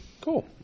Cool